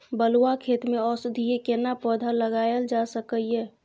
बलुआ खेत में औषधीय केना पौधा लगायल जा सकै ये?